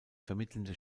vermittelnde